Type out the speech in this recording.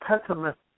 pessimist